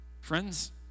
Friends